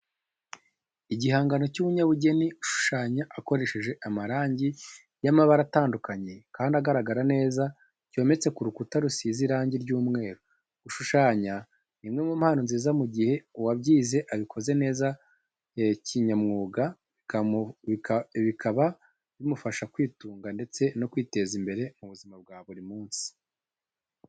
Igihangano cy'umunyabugeni ushushanya akoresheje amarangi y'amabara atandukanye kandi agaragara neza, cyometse ku rukuta rusize irangi ry'umweru. Gushushanya ni imwe mu mpano nziza mu gihe uwabyize abikoze neza kinyamwuga, bikaba bimufasha kwitunga ndetse no kwiteza imbere mu buzima bwa buri munsi.